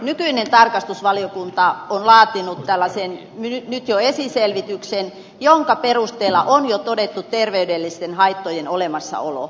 nykyinen tarkastusvaliokunta on laatinut tällaisen nyt jo esiselvityksen jonka perusteella on jo todettu terveydellisten haittojen olemassaolo